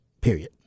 period